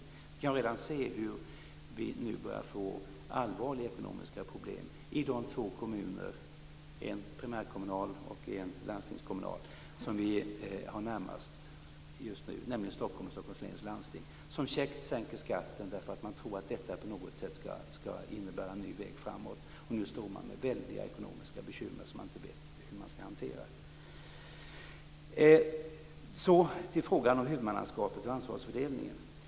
Vi kan redan se hur vi nu börjar få allvarliga ekonomiska problem i de två kommuner - en primärkommun och en landstingskommun, nämligen Stockholm och Stockholm läns landsting - som käckt sänkte skatten därför att de trodde att detta på något sätt skall innebära en ny väg framåt. Nu står man med väldigt stora ekonomiska bekymmer som man inte vet hur man skall hantera. Så till frågan om huvudmannaskapet och ansvarfördelningen.